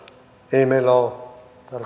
ei meillä ole tarkoitus